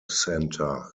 centre